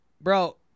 Bro